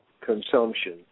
consumption